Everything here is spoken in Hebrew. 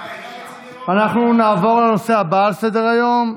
אנחנו נעבור לנושא הבא על סדר-היום,